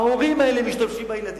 ההורים האלה משתמשים בילדים,